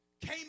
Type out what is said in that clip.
Came